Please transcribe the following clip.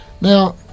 now